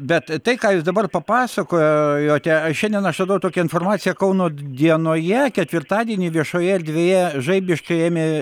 bet tai ką jūs dabar papasakojote aš šiandien aš radau tokią informaciją kauno dienoje ketvirtadienį viešoje erdvėje žaibiškai ėmė